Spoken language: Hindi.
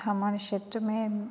हमारे क्षेत्र में